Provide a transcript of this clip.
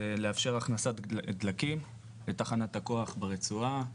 זה לאפשר הכנסת דלקים לתחנת הכוח ברצועה,